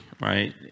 right